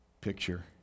picture